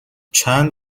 چند